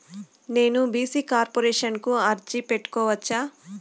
నేను BC corporation కు అర్జీ పెట్టుకోవచ్చా?